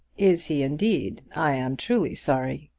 is he, indeed? i am truly sorry.